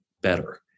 better